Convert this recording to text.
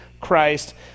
Christ